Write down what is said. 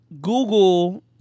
Google